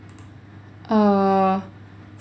err